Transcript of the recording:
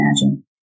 imagine